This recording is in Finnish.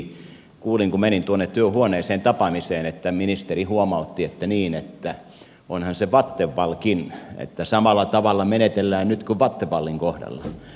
kuulin kun menin tuonne työhuoneeseen tapaamiseen että ministeri huomautti että onhan se vattenfallkin että samalla tavalla menetellään nyt kuin vattenfallin kohdalla